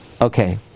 Okay